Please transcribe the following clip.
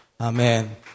Amen